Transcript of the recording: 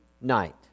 night